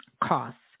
costs